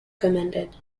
commended